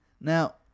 Now